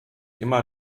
immer